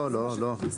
לא, לא, לא.